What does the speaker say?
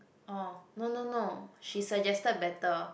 orh no no no she suggested better